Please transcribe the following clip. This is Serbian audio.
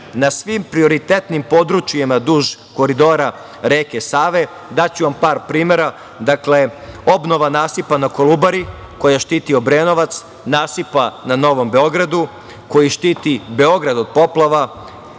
na svim prioritetnim područjima duž koridora reke Save. Daću vam par primera, dakle, obnova nasipa na Kolubari, koja štiti Obrenovac, nasipa na Novom Beogradu, koji štiti Beograd od poplava,